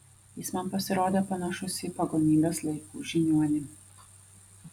jis man pasirodė panašus į pagonybės laikų žiniuonį